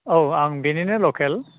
औ आं बेनिनो लकेल